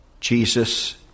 Jesus